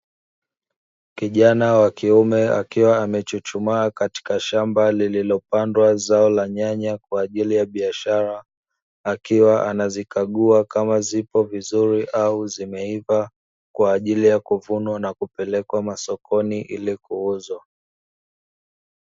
Kijana wa kiume akiwa amechuchumaa katika shamba lililopandwa zao la nyanya kwa ajili ya biashara, akiwa anazikagua kama zipo vizuri, au zimeiva kwa ajili ya kuvunwa na kupelekwa masokoni ili kuuzwa.